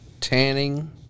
tanning